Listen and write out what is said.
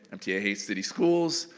mta hates city schools,